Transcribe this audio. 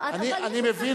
אני מבינה,